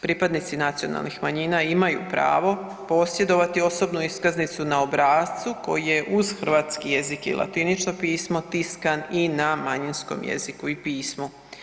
Pripadnici nacionalnih manjina imaju pravo posjedovati osobnu iskaznicu na obrascu koji je uz hrvatski jezik i latinično pismo tiskan i na manjinskom jeziku i pismu.